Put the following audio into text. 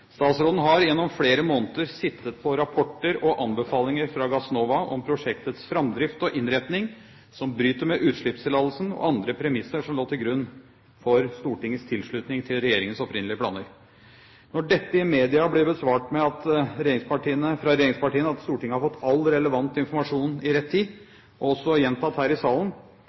Statsråden har gjennom flere måneder sittet på rapporter og anbefalinger fra Gassnova om prosjektets framdrift og innretning som bryter med utslippstillatelsen og andre premisser som lå til grunn for Stortingets tilslutning til regjeringens opprinnelige planer. Når dette i media fra regjeringspartiene blir besvart med at Stortinget har fått all relevant informasjon i rett tid, og gjentatt her i salen,